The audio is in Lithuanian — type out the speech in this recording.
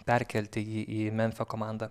perkelti jį į memfio komandą